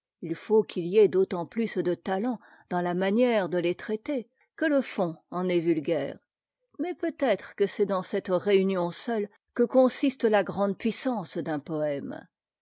il faut qu'il y ait d'autant plus de talent dans la manière de les traiter que le fond en est vulgaire mais peut-être que c'est dans cette réunion seule que consiste la grande puissance d'un poëme